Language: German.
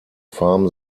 farm